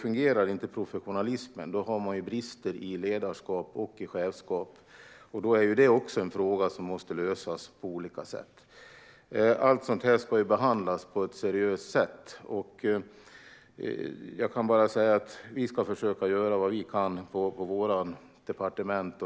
Om professionalismen inte fungerar finns det brister i ledarskap och chefskap. Det blir då också en fråga som måste lösas på olika sätt. Allt sådant här ska ju behandlas på ett seriöst sätt. Vi ska försöka göra vad vi kan på vårt departement.